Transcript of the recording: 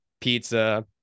pizza